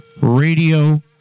Radio